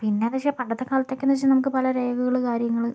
പിന്നെയെന്നു വച്ചാൽ പണ്ടത്തെക്കാലത്തൊക്കെ എന്നു വച്ചാൽ നമുക്ക് പല രേഖകൾ കാര്യങ്ങൾ